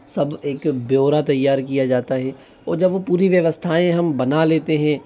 सब एक ब्योरा तैयार किया जाता है और जब वो पूरी व्यवस्थाएं हम बना लेते हैं